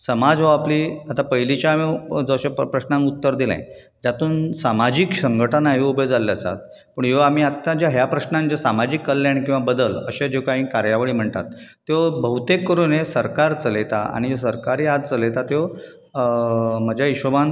समाज हो आपली पयलींच्यानू जशें प्रस्नाक उत्तर दिलें जातूंत सामाजीक शंघटणा ह्यो गजाल जाल्ल्यो आसात पूण ह्यो आत्तां ह्या प्रश्नांक सामाजीक कल्याण किंवा बदल अश्यो कांय कार्यावळी म्हणटात त्यो बहुतेक करून सरकार चलयता आनी सरकारीय आज चलयता त्यो म्हज्या हिशोबान